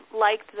liked